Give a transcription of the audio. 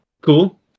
cool